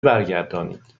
برگردانید